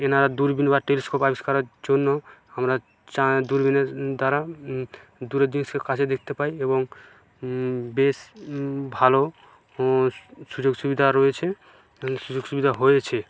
এনারা দূরবিন বা টেলিস্কোপ আবিষ্কারের জন্য আমরা দূরবিনের দ্বারা দূরের দৃশ্য কাছে দেখতে পাই এবং বেশ ভালো সুযোগ সুবিধা রয়েছে এবং সুযোগ সুবিধা হয়েছে